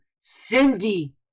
Cindy